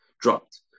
dropped